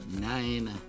Nine